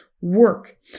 work